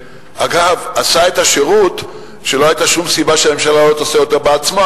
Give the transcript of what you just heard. שאגב עשה את השירות כשלא היתה שום סיבה שהממשלה לא תעשה אותו בעצמה?